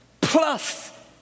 plus